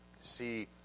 see